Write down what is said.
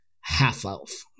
half-elf